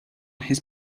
his